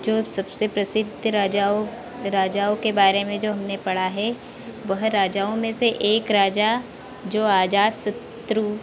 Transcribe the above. जो अब सबसे प्रसिद्ध राजाओं राजाओं के बारे में जो हमने पढ़ा है वह राजाओं में से एक राजा जो अजातशत्रु